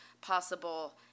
possible